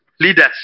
leaders